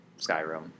Skyrim